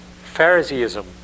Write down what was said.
Phariseeism